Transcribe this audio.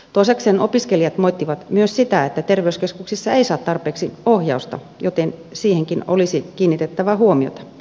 toisekseen opiskelijat moittivat myös sitä että terveyskeskuksissa ei saa tarpeeksi ohjausta joten siihenkin olisi kiinnitettävä huomiota